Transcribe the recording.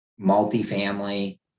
multifamily